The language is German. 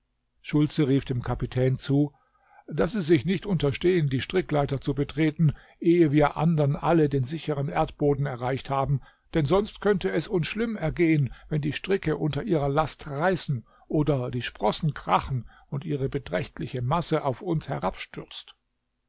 schultze rief dem kapitän zu daß sie sich nicht unterstehen die strickleiter zu betreten ehe wir andern alle den sichern erdboden erreicht haben denn sonst könnte es uns schlimm ergehen wenn die stricke unter ihrer last reißen oder die sprossen krachen und ihre beträchtliche masse auf uns herabstürzt